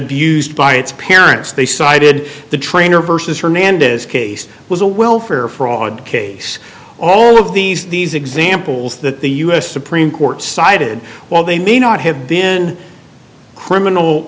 abused by its parents they cited the trainer versus hernandez case was a welfare fraud case all of these these examples that the u s supreme court cited while they may not have been criminal